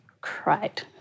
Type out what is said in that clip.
cried